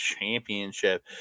Championship